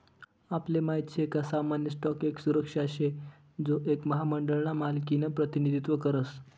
आपले माहित शे का सामान्य स्टॉक एक सुरक्षा शे जो एक महामंडळ ना मालकिनं प्रतिनिधित्व करस